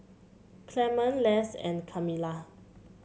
Clemon Les and Camila